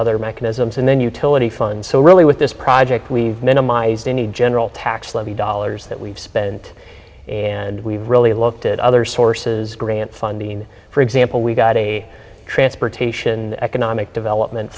other mechanisms and then utility funds so really with this project we minimize the need general tax levy dollars that we've spent and we've really looked at other sources grant funding for example we've got a transportation economic development